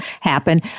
happen